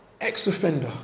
ex-offender